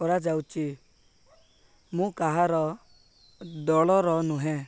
କରାଯାଉଛି ମୁଁ କାହାର ଦଳର ନୁହେଁ